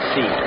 See